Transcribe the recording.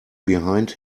behind